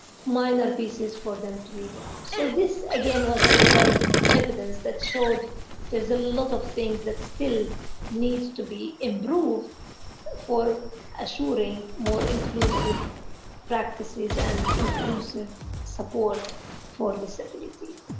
minor pieces for them to be done. so this again was another evidence that showed there is a lot of things that still needs to be improved for assuring more inclusive practices and inclusive support for disability.